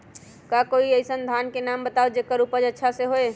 का कोई अइसन धान के नाम बताएब जेकर उपज अच्छा से होय?